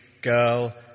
girl